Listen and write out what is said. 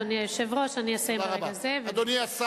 אדוני היושב-ראש,